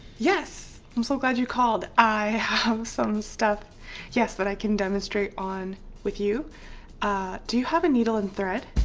yes, i'm so glad you called i have some stuff yes, but i can demonstrate on with you do you have a needle and thread?